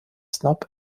snob